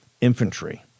infantry –